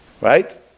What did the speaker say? Right